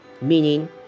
Meaning